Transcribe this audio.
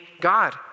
God